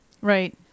Right